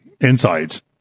insights